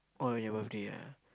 oh on your birthday ah